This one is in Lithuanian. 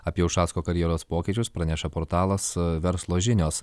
apie ušacko karjeros pokyčius praneša portalas verslo žinios